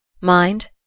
Mind